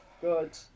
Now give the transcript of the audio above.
good